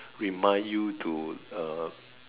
remind you to uh